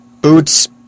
boots